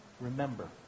remember